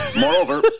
Moreover